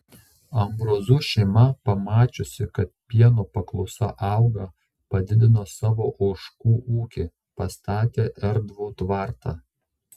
ambrozų šeima pamačiusi kad pieno paklausa auga padidino savo ožkų ūkį pastatė erdvų tvartą